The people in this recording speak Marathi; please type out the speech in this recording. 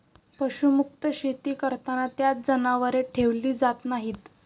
पशुमुक्त शेती करताना त्यात जनावरे ठेवली जात नाहीत